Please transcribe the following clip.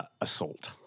assault